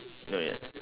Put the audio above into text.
no need ah